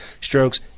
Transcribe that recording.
strokes